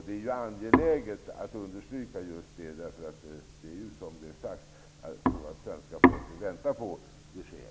Det är angeläget att understryka just det, därför att svenska folket väntar på besked.